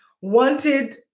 wanted